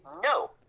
no